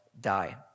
die